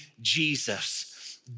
Jesus